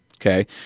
Okay